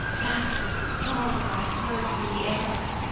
that was the song that i heard through the air!